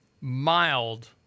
mild